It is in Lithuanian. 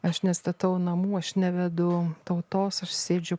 aš nestatau namų aš nevedu tautos aš sėdžiu